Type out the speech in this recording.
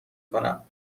کنم